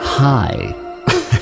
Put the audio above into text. Hi